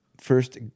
first